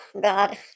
God